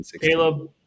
Caleb